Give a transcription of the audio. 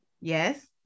yes